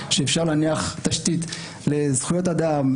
שאפשר להניח תשתית לזכויות אדם,